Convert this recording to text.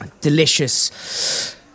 delicious